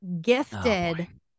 gifted